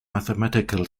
mathematical